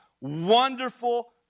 wonderful